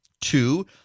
two